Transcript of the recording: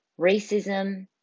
Racism